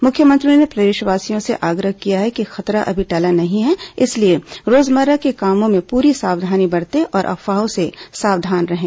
मुख्यमंत्री ने प्रदेशवासियों से आग्रह किया कि खतरा अभी टला नहीं है इसलिए रोजमर्रा के कामों में पूरी सावधानी बरतें और अफवाहों से सावधान रहें